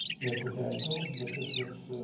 their credentials but this looks